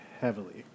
heavily